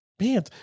man